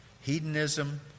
Hedonism